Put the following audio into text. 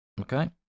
Okay